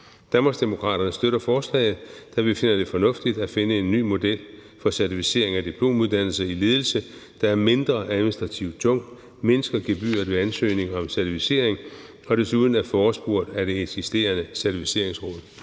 Danmarksdemokraterne støtter forslaget, da vi finder det fornuftigt at finde en ny model for certificering af diplomuddannelser i ledelse, der er mindre administrativt tung, mindsker gebyret ved ansøgning om certificering og desuden er forespurgt af det eksisterende Certificeringsråd.